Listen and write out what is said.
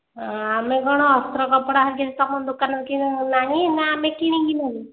ଆମେ କଣ ଅସ୍ତ୍ର କପଡ଼ା ତୁମ ଦୋକାନରେ ନାହିଁ ନା ଆମେ କିଣିକି ନେବୁ